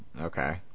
Okay